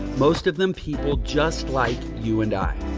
most of them, people just like you and i.